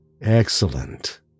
Excellent